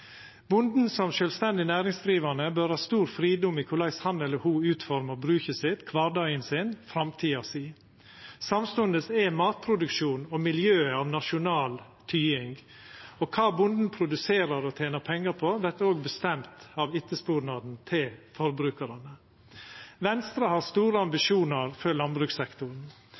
Bonden som sjølvstendig næringsdrivande bør ha stor fridom i korleis han eller ho utformar bruket sitt, kvardagen sin, framtida si. Samstundes er matproduksjonen og miljøet av nasjonal tyding. Og kva bonden produserer og tener pengar på, vert bestemt av etterspurnaden til forbrukarane. Venstre har store ambisjonar for landbrukssektoren.